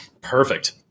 Perfect